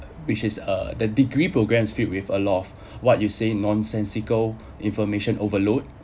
which is uh the degree programmes filled with a lot of what you say nonsensical information overload